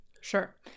Sure